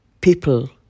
people